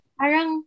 parang